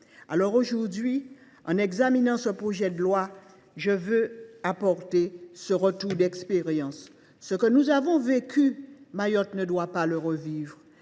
Alors, aujourd’hui, en examinant ce projet de loi, je veux apporter ce retour d’expérience. Ce que nous avons vécu, Mayotte ne doit pas le revivre.